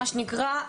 מה שנקרא,